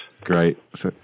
Great